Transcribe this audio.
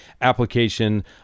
application